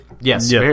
Yes